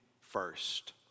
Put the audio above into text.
first